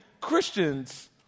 Christians